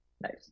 Nice